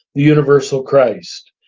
the universal christ,